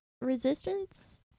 resistance